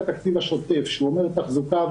הן לא מסוגלות לפתח.